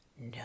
No